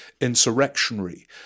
insurrectionary